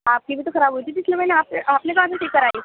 آپ کی بھی تو خراب ہوئی تھی پچھلے مہینے آپ سے آپ نے کہاں سے ٹھیک کرائی